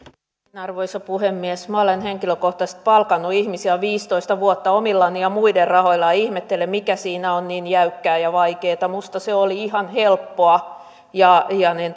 arvoisa puhemies minä olen henkilökohtaisesti palkannut ihmisiä viisitoista vuotta omilla ja muiden rahoilla ja ihmettelen mikä siinä on niin jäykkää ja vaikeaa minusta se oli ihan helppoa ja